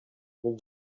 бул